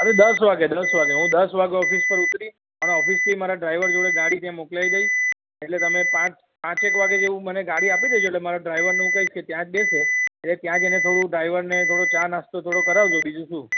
અરે દસ વાગ્યે દસ વાગ્યે હું દસ વાગ્યે ઓફિસ ઉપર ઉતરી અને ઓફિસથી મારો ડ્રાઇવર જોડે ગાડી ત્યાં મોકલાઈ દઈશ એટલે તમે પાંચે એક વાગ્યા જેવું મને ગાડી આપી દેજો એટલે મારો ડ્રાઈવર ને હું કઈશ કે ત્યાં જ બેસે એટલે ત્યાં જ એને થોડું ડ્રાઈવરને થોડો ચા નાસ્તો થોડો કરાવજો બીજું શું